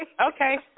Okay